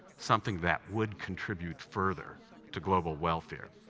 something that would contribute further to global welfare.